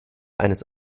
eines